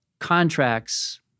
Contracts